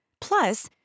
Plus